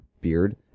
Beard